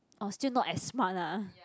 orh still not as smart ah